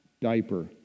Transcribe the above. diaper